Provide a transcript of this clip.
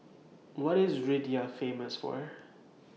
What IS Riyadh Famous For